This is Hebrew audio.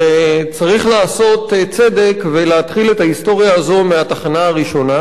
וצריך לעשות צדק ולהתחיל את ההיסטוריה הזאת מהתחנה הראשונה.